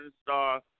star